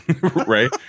right